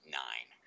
nine